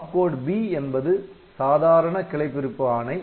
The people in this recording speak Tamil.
ஆப் கோட் B என்பது சாதாரண கிளை பிரிப்பு ஆணை